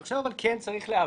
אבל אני חושב שצריך להבין,